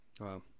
Wow